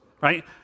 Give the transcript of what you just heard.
right